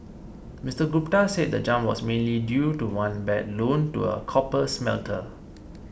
Mister Gupta said the jump was mainly due to one bad loan to a copper smelter